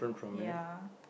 ya